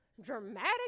dramatic